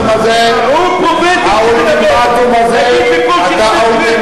חבר הכנסת, עורך-הדין אמנון זכרוני